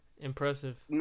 Impressive